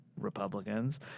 Republicans